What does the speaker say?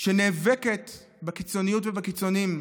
נאבקת בקיצוניות ובקיצונים,